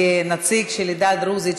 כנציג של העדה הדרוזית,